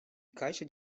caixa